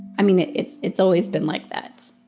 i mean, it it's always been like that.